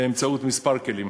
באמצעות כמה כלים: